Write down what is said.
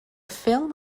film